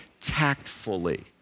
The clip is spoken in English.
tactfully